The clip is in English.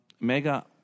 mega